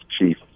Chief